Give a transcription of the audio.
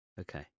Okay